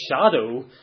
shadow